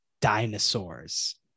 dinosaurs